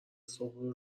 صبح